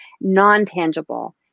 non-tangible